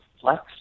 Flex